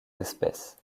espèces